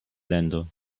länder